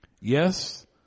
Yes